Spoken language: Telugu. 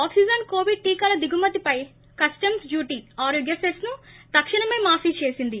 ఆక్సిజన్ కొవిడ్ టీకాల దిగుమతిపై కస్టమ్స్ డ్యూటీ ఆరోగ్య సెస్ ను తక్షణమే మాఫీ చేసింది